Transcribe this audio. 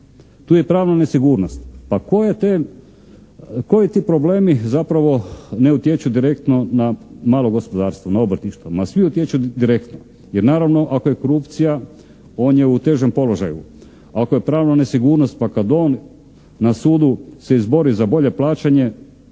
tu je pravna nesigurnost. Pa koji ti problemi zapravo ne utječu direktno na malo gospodarstvo, na obrtništvo? Ma svi utječu direktno, jer naravno ako je korupcija on je težem položaju, ako je pravna nesigurnost pa kad on na sudu se izbori za bolje plaćanje